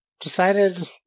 decided